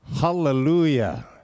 hallelujah